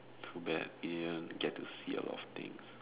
too bad you didn't get to see a lot of things